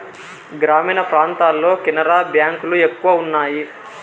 గ్రామీణ ప్రాంతాల్లో కెనరా బ్యాంక్ లు ఎక్కువ ఉన్నాయి